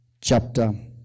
chapter